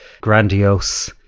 grandiose